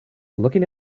looking